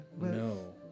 No